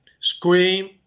scream